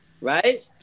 Right